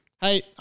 Hey